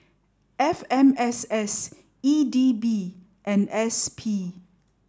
F M S S E D B and S P